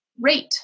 rate